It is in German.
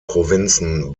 provinzen